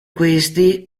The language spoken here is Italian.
questi